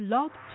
Love